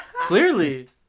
Clearly